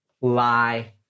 Lie